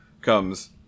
comes